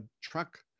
truck